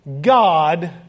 God